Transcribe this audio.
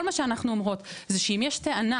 כל מה שאנחנו אומרות זה שאם יש טענה